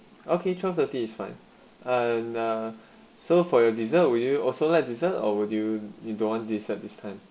okay twelve thirty is fine and uh so for your dessert will you also like dessert or do you don't want this at this time